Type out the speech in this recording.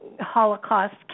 Holocaust